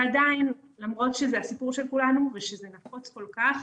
ועדיין למרות שזה הסיפור של כולנו ושזה נפוץ כל כך,